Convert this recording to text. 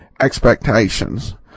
expectations